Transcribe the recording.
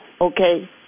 okay